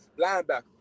Linebacker